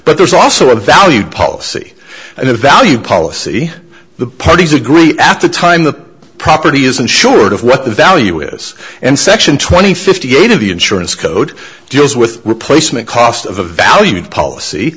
but there's also a value policy and a value policy the parties agree at the time the property is insured of what the value is and section twenty fifty eight of the insurance code deals with replacement cost of a value policy